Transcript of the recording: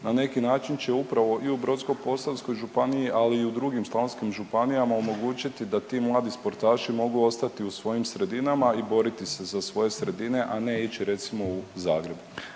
na neki način će upravo i u Brodsko-posavskoj županiji, ali i u drugim slavonskim županijama omogućiti da ti mladi sportaši mogu ostati u svojim sredinama i boriti se za svoje sredine, a ne ići, recimo, u Zagreb.